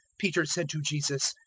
peter said to jesus,